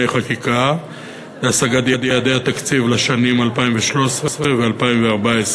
חקיקה להשגת יעדי התקציב לשנים 2013 ו-2014),